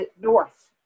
North